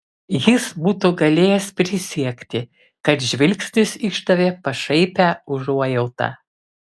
jis būtų galėjęs prisiekti kad žvilgsnis išdavė pašaipią užuojautą